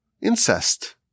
incest